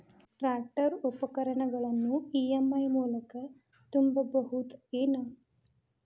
Tractor ಉಪಕರಣಗಳನ್ನು EMI ಮೂಲಕ ತುಂಬಬಹುದ ಏನ್?